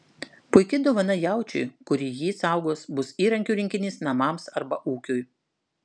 puiki dovana jaučiui kuri jį saugos bus įrankių rinkinys namams arba ūkiui